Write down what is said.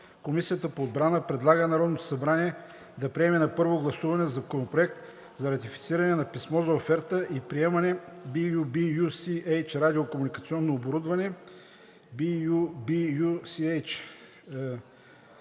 Комисията по отбрана предлага на Народното събрание да приеме на първо гласуване Законопроект за ратифициране на Писмо за оферта и приемане BU-B-UCH Радио-комуникационно оборудване